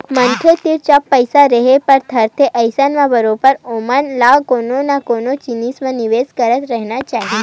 मनखे तीर जब पइसा रेहे बर धरथे अइसन म बरोबर ओमन ल कोनो न कोनो जिनिस म निवेस करत रहिना चाही